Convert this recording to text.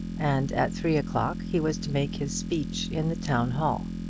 and at three o'clock he was to make his speech in the town-hall.